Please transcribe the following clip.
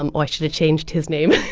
um ah i should've changed his name.